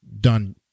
done